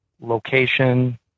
location